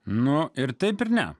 nuo ir taip ir ne